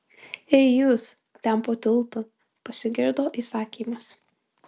ei jūs ten po tiltu pasigirdo įsakymas